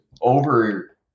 over